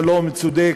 שלום צודק,